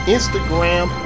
Instagram